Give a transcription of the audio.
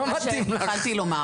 התחלתי לומר